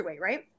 right